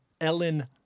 Ellen